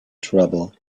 trouble